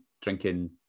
drinking